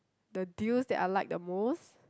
the deals that I like the most